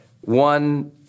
one